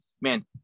Man